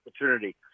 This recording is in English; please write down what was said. opportunity